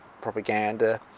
propaganda